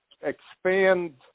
expand